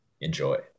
enjoy